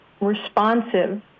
responsive